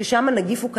שאז הנגיף הוא קטלני,